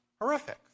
horrific